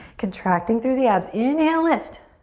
contracting through the abs, inhale, lift.